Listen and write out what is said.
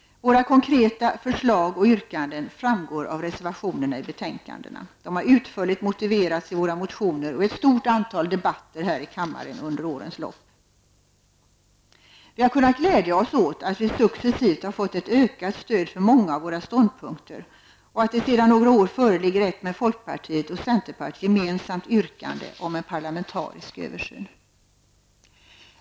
Våra konkreta förslag och yrkanden framgår av reservationerna till betänkandena. De har utförligt motiverats i våra motioner och i ett stort antal debatter här i kammaren under årens lopp. Vi har kunnat glädja oss åt att vi successivt har fått ett ökat stöd för många av våra ståndpunkter och att det sedan några år föreligger ett med folkpartiet och centerpartiet gemensamt yrkande om en parlamentarisk översyn.